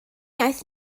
iaith